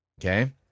Okay